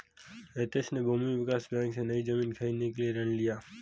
हितेश ने भूमि विकास बैंक से, नई जमीन खरीदने के लिए ऋण लिया